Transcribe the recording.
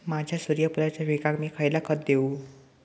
माझ्या सूर्यफुलाच्या पिकाक मी खयला खत देवू?